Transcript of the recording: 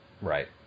Right